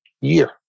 year